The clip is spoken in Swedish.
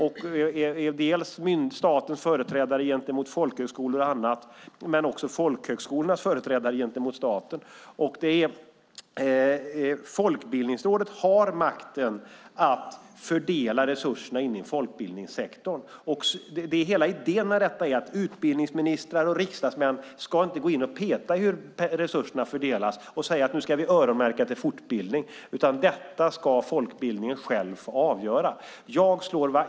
Det är dels statens företrädare gentemot folkhögskolor och annat, dels folkhögskolornas företrädare gentemot staten. Folkbildningsrådet har makten att fördela resurserna till folkbildningssektorn. Hela idén med det är att utbildningsministrar och riksdagsmän inte ska gå in och peta i hur resurserna fördelas och säga att vi ska öronmärka pengar till fortbildning. Det ska folkbildningen själv få avgöra.